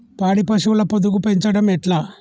పాడి పశువుల పొదుగు పెంచడం ఎట్లా?